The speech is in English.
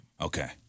Okay